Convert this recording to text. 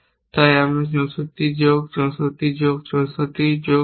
তাই 64 যোগ 64 যোগ 64 যোগ 16